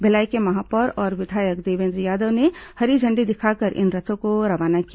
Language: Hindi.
भिलाई के महापोर और विधायक देवेन्द्र यादव ने झण्डी दिखाकर इन रथों को रवाना किया